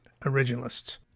Originalists